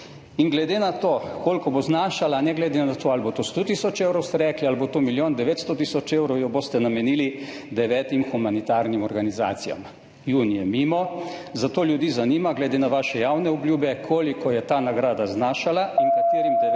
in glede na to, koliko bo znašala, ne glede na to, ali bo to 100 tisoč evrov, ste rekli, ali bo to milijon 900 tisoč evrov, jo boste namenili devetim humanitarnim organizacijam. Junij je mimo, zato ljudi zanima glede na vaše javne obljube: Koliko je ta nagrada znašala in katerim devetim